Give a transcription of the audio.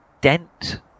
dent